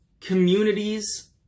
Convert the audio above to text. Communities